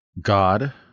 God